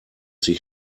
sich